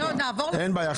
אין בעיה.